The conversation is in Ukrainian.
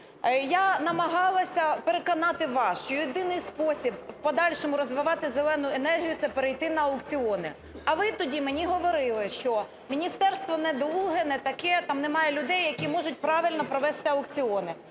Я намагалася переконати вас, що єдиний спосіб в подальшому розвивати "зелену" енергію - це перейти на аукціони. А ви тоді мені говорили, що міністерство недолуге, не таке, там немає людей, які можуть правильно провести аукціони.